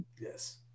Yes